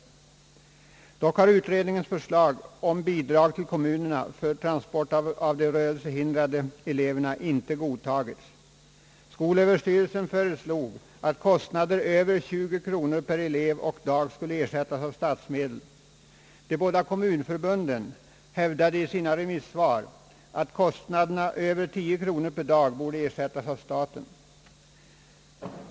Dock har utredningens förslag om bidrag till kommunerna för transport av de rörelsehindrade eleverna inte godtagits. Skolöverstyrelsen föreslog att kostnader över 20 kronor per elev och barn skulle ersättas av statsmedel. De båda kommunförbunden hävdade att kostnader över 10 kronor per dag borde ersättas av staten.